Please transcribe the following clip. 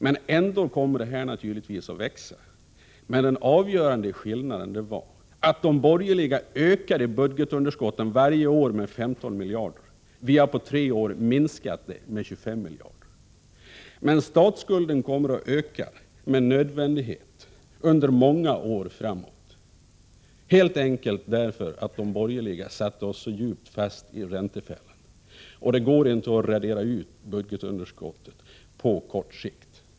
Men ändå kommer statsskulden att öka. Den avgörande skillnaden var att de borgerliga ökade budgetunderskottet varje år med 15 miljarder kronor. Vi har på tre år minskat det med 25 miljarder. Men statsskulden kommer med nödvändighet att öka under många år framåt, helt enkelt därför att de borgerliga satte oss hårt fast i räntefällan — och det går inte att radera ut budgetunderskottet på kort sikt.